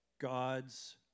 God's